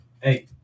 Hey